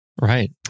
Right